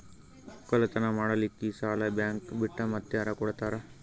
ಒಕ್ಕಲತನ ಮಾಡಲಿಕ್ಕಿ ಸಾಲಾ ಬ್ಯಾಂಕ ಬಿಟ್ಟ ಮಾತ್ಯಾರ ಕೊಡತಾರ?